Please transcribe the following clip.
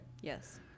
Yes